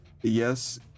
Yes